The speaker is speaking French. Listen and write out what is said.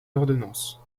ordonnances